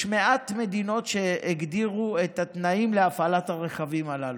יש מעט מדינות שהגדירו את התנאים להפעלת הרכבים הללו.